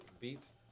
Beats